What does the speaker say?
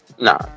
Nah